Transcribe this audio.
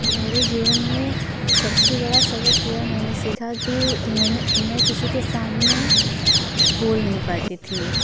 मेरे जीवन में सब से बड़ा सबक़ यह मैंने सीखा कि मैंने मैं किसी के सामने बोल नहीं पाती थी